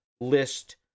list